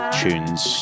tunes